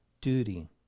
duty